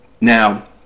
now